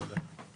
תודה.